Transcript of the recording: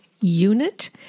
unit